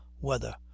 weather